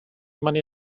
money